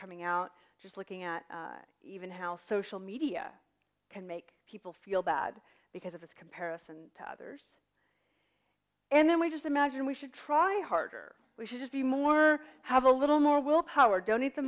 coming out just looking at even how social media can make people feel bad because of this comparison to others and then we just imagine we should try harder we should just be more have a little more willpower don